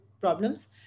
problems